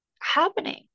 happening